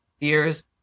years